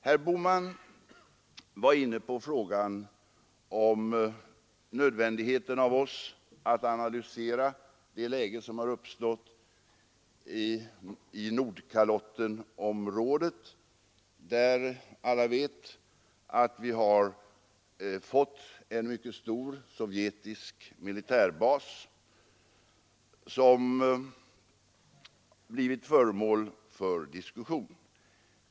Herr Bohman var inne på frågan om nödvändigheten för oss att analysera det läge som har uppstått i Nordkalottenområdet. Alla vet att där har byggts en mycket stor sovjetisk militärbas som blivit föremål för diskussion.